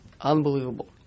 Unbelievable